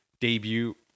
debut